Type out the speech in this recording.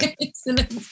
Excellent